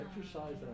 exercise